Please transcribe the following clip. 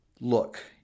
look